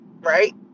Right